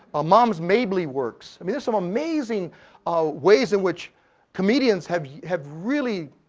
ah moms mabley works. i mean, there's some amazing ways in which comedians have have really,